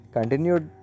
Continued